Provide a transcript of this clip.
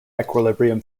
equilibrium